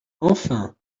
enfin